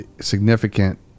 significant